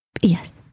Yes